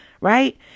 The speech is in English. Right